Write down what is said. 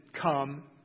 come